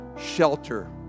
shelter